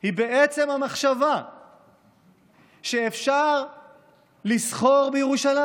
היא בעצם המחשבה שאפשר לסחור בירושלים.